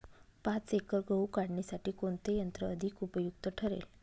पाच एकर गहू काढणीसाठी कोणते यंत्र अधिक उपयुक्त ठरेल?